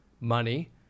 money